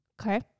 Okay